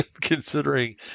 considering